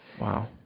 Wow